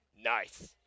Nice